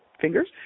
fingers